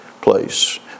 place